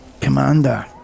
Commander